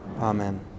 Amen